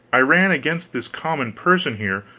i ran against this common person here,